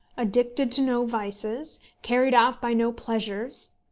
addicted to no vices, carried off by no pleasures,